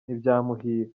ntibyamuhira